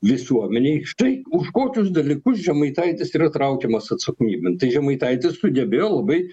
visuomenei štai už kokius dalykus žemaitaitis yra traukiamas atsakomybėn tai žemaitaitis sugebėjo labai